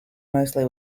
mostly